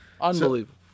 Unbelievable